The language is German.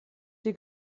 dir